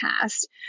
past